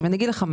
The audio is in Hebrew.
אני אגיד לך,